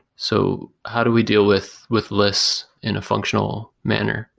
so how do we deal with with list in a functional manner?